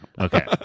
Okay